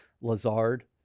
Lazard